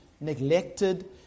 neglected